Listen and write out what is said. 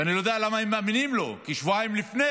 ואני לא יודע למה הם מאמינים לו, כי שבועיים לפני